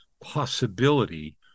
possibility